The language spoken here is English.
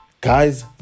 guys